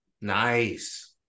Nice